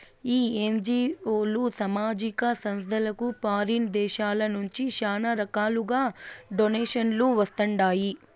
ఈ ఎన్జీఓలు, సామాజిక సంస్థలకు ఫారిన్ దేశాల నుంచి శానా రకాలుగా డొనేషన్లు వస్తండాయి